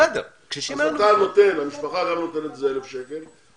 אז המשפחה זה אלף שקל,